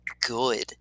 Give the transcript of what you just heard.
good